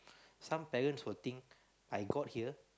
some parents will think I got here